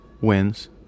wins